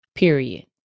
Period